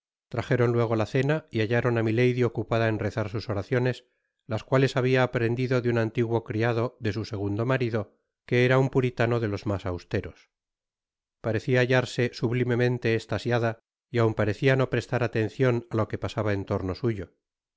trajeron luego la cena y hallaron á milady ocupada en rezar sus oraciones las cuales habia aprendido de un antiguo criado de su segundo marido que era un puritano de los mas austeros parecia hallarse sublimemente estasiaday aun parecia no prestar atencion á lo que pasaba en torno suyo